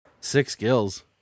six-gills